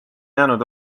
jäänud